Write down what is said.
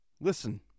Listen